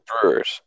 Brewers